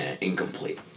incomplete